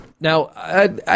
now